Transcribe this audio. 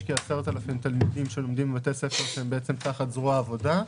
יש כ-10,000 תלמידים שלומדים בבתי ספר תחת זרוע עבודה.